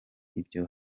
ibyo